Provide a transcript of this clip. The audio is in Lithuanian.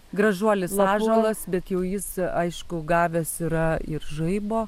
gražuolis ąžuolas bet jau jis aišku gavęs yra ir žaibo